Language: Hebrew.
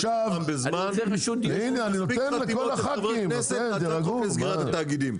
מספיק חתימות של חברי כנסת לסגירת התאגידים.